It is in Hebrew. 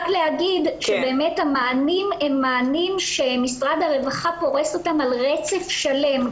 רק להגיד שבאמת המענים הם מענים שמשרד הרווחה פורס אותם על רצף שלם,